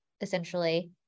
essentially